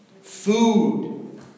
Food